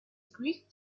greek